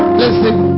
listen